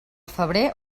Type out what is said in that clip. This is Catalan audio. febrer